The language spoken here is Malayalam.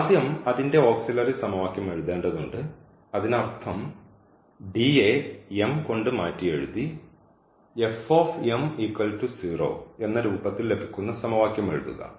ആദ്യം അതിൻറെ ഓക്സിലറി സമവാക്യം എഴുതേണ്ടതുണ്ട് അതിനർത്ഥം യെ കൊണ്ട് മാറ്റിയെഴുതി എന്ന രൂപത്തിൽ ലഭിക്കുന്ന സമവാക്യം എഴുതുക